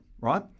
right